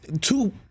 two